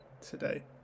today